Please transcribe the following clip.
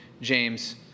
James